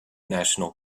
national